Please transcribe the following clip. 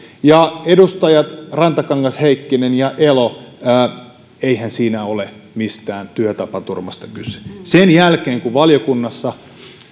ja edustajat rantakangas heikkinen ja elo eihän siinä ole mistään työtapaturmasta kyse sen jälkeen kun valiokunnassa